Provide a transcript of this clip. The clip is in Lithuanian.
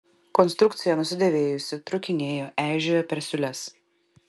konstrukcija nusidėvėjusi trūkinėjo eižėjo per siūles